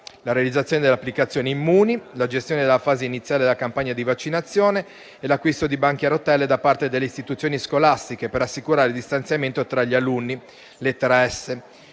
la realizzazione dell'applicazione "Immuni", la gestione della fase iniziale della campagna di vaccinazione, l'acquisto di banchi a rotelle da parte delle istituzioni scolastiche per assicurare il distanziamento tra gli alunni (lettera